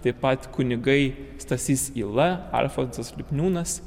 taip pat kunigai stasys yla alfonsas lipniūnas